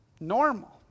normal